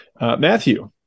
Matthew